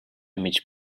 mig